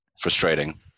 frustrating